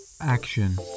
Action